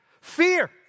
Fear